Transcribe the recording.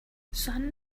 sun